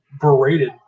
berated